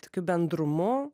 tokiu bendrumu